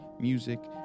music